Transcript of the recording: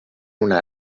una